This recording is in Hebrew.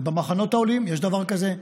במחנות העולים, יש דבר כזה,